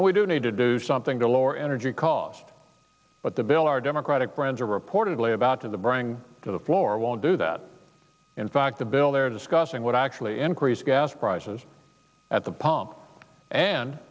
and we do need to do something to lower energy cost but the bill our democratic friends are portably about to bring to the floor won't do that in fact the bill they're discussing would actually increase gas prices at the pump and